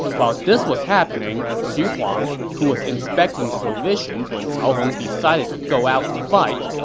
while this was happening, xu huang, who was inspecting provisions when cao hong decided to go out to fight,